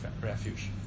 refuge